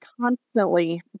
constantly